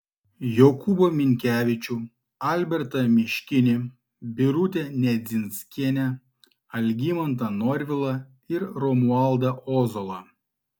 jokūbą minkevičių albertą miškinį birutę nedzinskienę algimantą norvilą ir romualdą ozolą